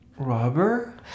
Robber